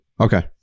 okay